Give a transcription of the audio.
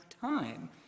time